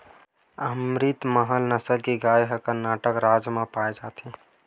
अमरितमहल नसल के गाय ह करनाटक राज म पाए जाथे